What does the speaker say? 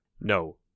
No